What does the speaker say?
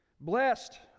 Blessed